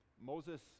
Moses